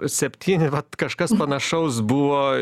septyni vat kažkas panašaus buvo